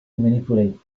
manipulate